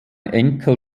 enkel